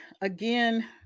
again